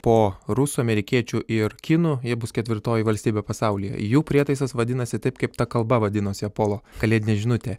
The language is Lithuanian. po rusų amerikiečių ir kinų jie bus ketvirtoji valstybė pasaulyje jų prietaisas vadinasi taip kaip ta kalba vadinosi apolo kalėdinė žinutė